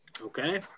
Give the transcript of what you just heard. Okay